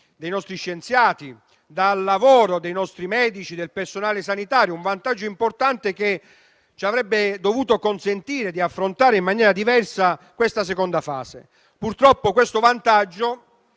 dei nostri scienziati, dal lavoro dei nostri medici e del personale sanitario. Un vantaggio importante che avrebbe dovuto consentirci di affrontare in maniera diversa la seconda fase. Purtroppo, questo vantaggio